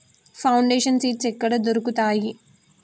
Foundation seeds ఎక్కడ దొరుకుతాయి?